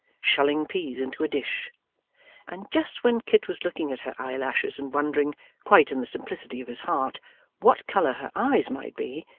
shelling peas into a dish and just when kit was looking at her eyelashes and wondering quite in the simplicity of his heart what colour her eyes might be,